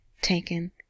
taken